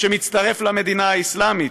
מצטרף למדינה האסלאמית,